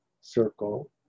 circle